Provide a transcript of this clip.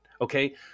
Okay